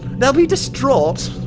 they'll be distraught!